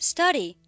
Study